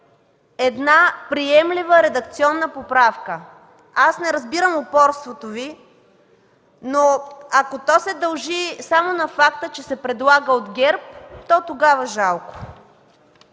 една приемлива редакционна поправка. Аз не разбирам упорството Ви, но ако то се дължи само на факта, че се предлага от ГЕРБ, то тогава жалко.